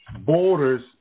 Borders